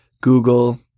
Google